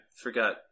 forgot